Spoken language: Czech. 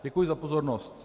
Děkuji za pozornost.